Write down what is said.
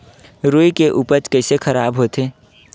रुई के उपज कइसे खराब होथे?